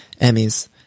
Emmys